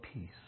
Peace